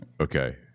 okay